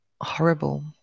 horrible